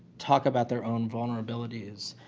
talk about their own vulnerabilities,